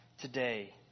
today